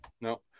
No